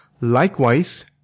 Likewise